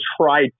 try